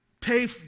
pay